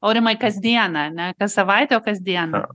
aurimai kasdieną ne kas savaitę o kasdieną